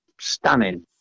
stunning